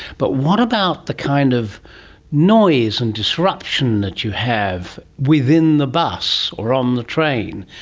but what about the kind of noise and disruption that you have within the bus or on the train?